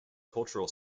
cultural